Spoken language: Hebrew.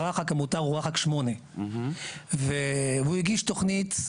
הרח"ק המותר הוא רחק 8. הוא הגיש תוכנית,